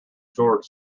george